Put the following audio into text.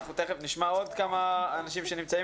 אנחנו תיכף נשמע עוד כמה אנשים שנמצאים